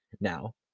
now